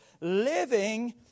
living